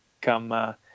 come